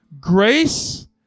grace